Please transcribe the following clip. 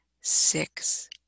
six